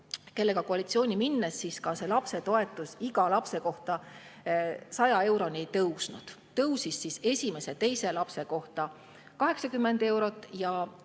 kellega koalitsiooni minnes ka see lapsetoetus iga lapse kohta 100 euroni ei tõusnud. Tõusis esimese ja teise lapse puhul 80 euroni ja